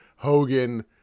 Hogan